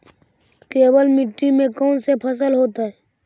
केवल मिट्टी में कौन से फसल होतै?